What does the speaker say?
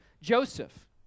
Joseph